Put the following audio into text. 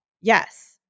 yes